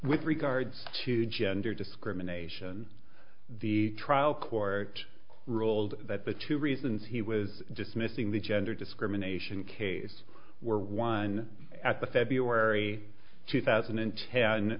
with regards to gender discrimination the trial court ruled that the two reasons he was dismissing the gender discrimination case were one at the february two thousand and